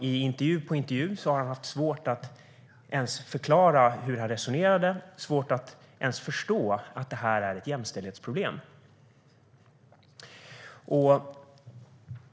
I intervju på intervju har han haft svårt att ens förklara hur han resonerade och svårt att ens förstå att det här är ett jämställdhetsproblem.